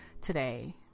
today